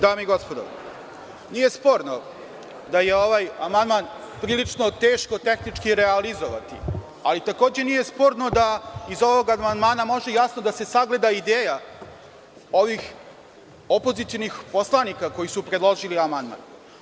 Dame i gospodo, nije sporno da je ovaj amandman prilično teško tehnički realizovati, ali takođe nije sporno da iz ovog amandman može jasno da se sagleda ideja ovih opozicionih poslanika koji su predložili amandman.